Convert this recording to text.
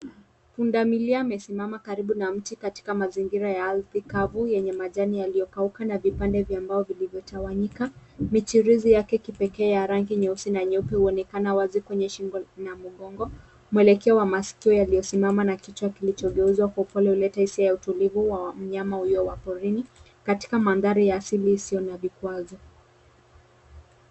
Punda milia amesimama karibu na mti katika mazingira ya ardhi kavu yenye majani yaliyokauka na vipande vya mbao vilivyotawanyika. Michirizi ya kipekee ya rangi nyeusi na nyeupe huonekana wazi kwenye shingo na mgongo. Mwelekeo wa masikio yaliyosimama na kichwa kilichogeuzwa kwa upole huleta hisisa ya utulivu wa mnyama huyo wa porini katika mandhari ya asili isiyokuwa na vikwazo.